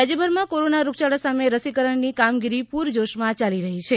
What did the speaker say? રસીકરણ રાજયભરમાં કોરોના રોગચાળા સામે રસીકરણની કામગીરી પૂરજોશમાં ચાલી રહી છે